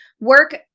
work